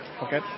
Okay